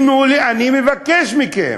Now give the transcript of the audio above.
אני מבקש מכם,